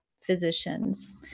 physicians